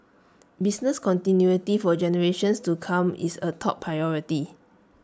business continuity for generations to come is A top priority